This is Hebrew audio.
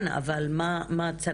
כן, אבל מה צריך?